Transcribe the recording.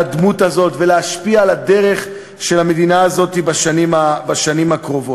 הדמות הזאת ולהשפיע על הדרך של המדינה הזאת בשנים הקרובות.